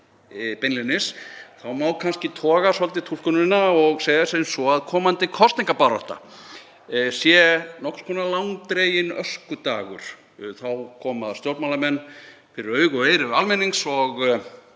beinlínis má kannski toga svolítið túlkunina og segja sem svo að komandi kosningabarátta sé nokkurs konar langdreginn öskudagur. Þá koma stjórnmálamenn fyrir augu og eyru almennings og